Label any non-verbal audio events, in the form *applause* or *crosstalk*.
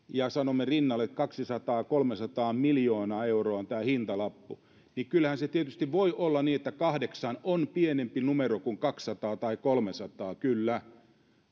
*unintelligible* ja sanomme rinnalle että kaksisataa viiva kolmesataa miljoonaa euroa on tämä hintalappu niin kyllähän se tietysti voi olla niin että kahdeksan on pienempi numero kuin kaksisataa tai kolmesataa kyllä